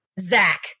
Zach